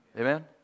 Amen